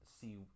see